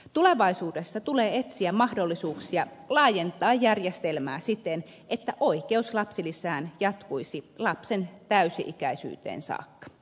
tulevaisuudessa tulee etsiä mahdollisuuksia laajentaa järjestelmää siten että oikeus lapsilisään jatkuisi lapsen täysi ikäisyyteen saakka